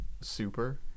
Super